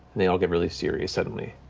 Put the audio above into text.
they all get really serious suddenly.